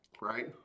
right